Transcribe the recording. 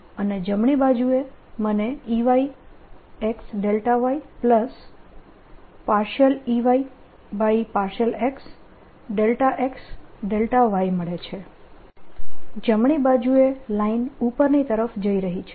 અને જમણી બાજુએ મને EyxyEy∂xxy મળે છે જમણી બાજુ એ લાઈન ઉપરની તરફ જઈ રહી છે